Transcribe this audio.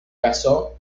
casó